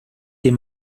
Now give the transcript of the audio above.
dem